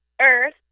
Earth